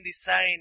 design